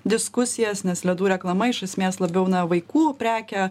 diskusijas nes ledų reklama iš esmės labiau na vaikų prekė